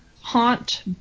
haunt